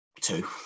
Two